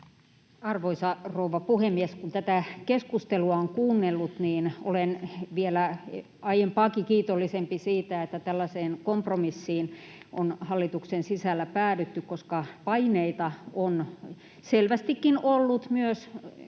Arvoisa rouva puhemies! Kun tätä keskustelua on kuunnellut, niin olen vielä aiempaakin kiitollisempi siitä, että tällaiseen kompromissiin on hallituksen sisällä päädytty, koska paineita on selvästikin ollut — esimerkiksi